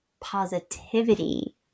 positivity